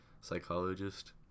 psychologist